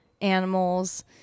Animals